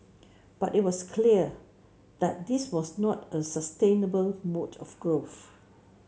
but it was clear that this was not a sustainable mode of growth